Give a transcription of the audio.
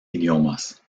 idiomas